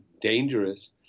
dangerous